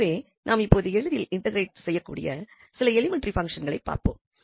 எனவே நாம் இப்பொழுது எளிதில் இன்டெக்ரேட் செய்யக்கூடிய சில எலிமென்டரி பங்சன்களைப் பார்ப்போம்